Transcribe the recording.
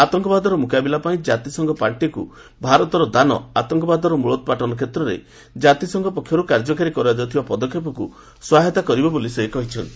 ଆତଙ୍କବାଦର ମୁକାବିଲାପାଇଁ କାତିସଂଘ ପାଣ୍ଠିକୁ ଭାରତର ଦାନ ଆତଙ୍କବାଦର ମୂଳୋତ୍ସାଟନ କ୍ଷେତ୍ରରେ କାତିସଂଘ ପକ୍ଷରୁ କାର୍ଯ୍ୟକାରୀ କରାଯାଉଥିବା ପଦକ୍ଷେପକୁ ସହାୟତା କରିବ ବୋଲି ସେ କହିଛନ୍ତି